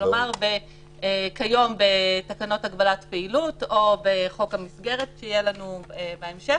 כלומר כיום בתקנות הגבלת פעילות או בחוק המסגרת שיהיה לנו בהמשך,